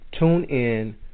TuneIn